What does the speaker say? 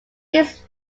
his